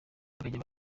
bakajya